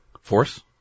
force